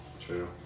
True